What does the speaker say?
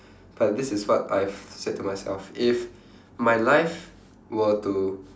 but this is what I've said to myself if my life were to